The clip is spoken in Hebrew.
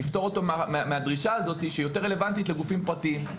לפטור אותו מהדרישה הזאת שהיא יותר רלוונטית לגופים פרטיים.